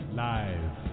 live